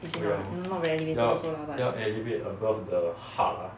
actually lah not very elevated also lah but